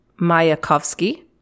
Mayakovsky